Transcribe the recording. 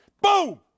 Boom